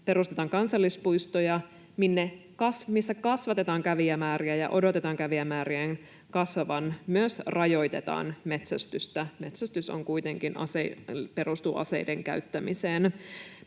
perustetaan kansallispuisto ja missä kasvatetaan kävijämääriä ja odotetaan kävijämäärien kasvavan, myös rajoitetaan metsästystä — metsästys kuitenkin perustuu aseiden käyttämiseen.